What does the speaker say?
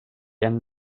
and